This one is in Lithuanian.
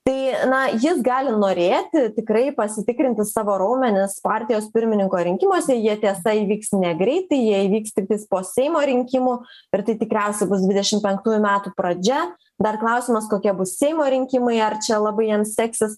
tai na jis gali norėti tikrai pasitikrinti savo raumenis partijos pirmininko rinkimuose jie tiesa įvyks negreitai jie įvyks tiktais po seimo rinkimų ir tai tikriausiai bus dvidešim penktųjų metų pradžia dar klausimas kokie bus seimo rinkimai ar čia labai jam seksis